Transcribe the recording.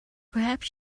perhaps